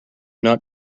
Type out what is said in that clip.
not